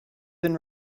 been